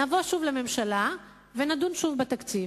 נבוא שוב לממשלה ונדון שוב בתקציב.